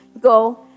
go